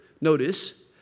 Notice